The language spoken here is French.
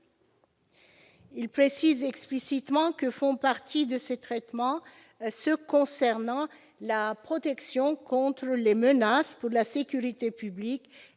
Il précise explicitement que font partie de ces traitements ceux qui concernent « la protection contre les menaces pour la sécurité publique